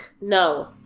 No